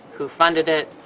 who funded it,